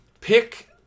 Pick